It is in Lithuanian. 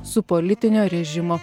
su politinio režimo